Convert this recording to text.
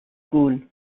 school